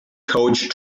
coach